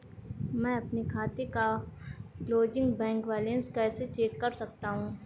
मैं अपने खाते का क्लोजिंग बैंक बैलेंस कैसे चेक कर सकता हूँ?